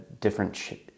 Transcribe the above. different